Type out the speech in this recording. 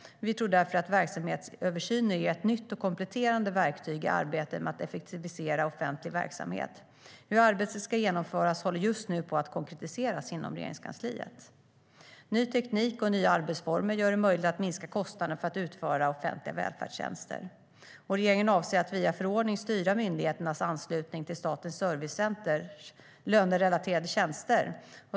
Vi tror därför att verksamhetsöversyner ger ett nytt och kompletterande verktyg i arbetet med att effektivisera offentlig verksamhet. Hur arbetet ska genomföras håller just nu på att konkretiseras inom Regeringskansliet.Ny teknik och nya arbetsformer gör det möjligt att minska kostnaderna för att utföra offentliga välfärdstjänster. Regeringen avser att via förordning styra myndigheternas anslutning till Statens servicecenters lönerelaterade tjänster.